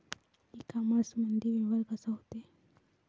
इ कामर्समंदी व्यवहार कसा होते?